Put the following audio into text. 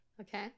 Okay